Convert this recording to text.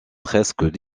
presque